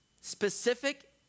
specific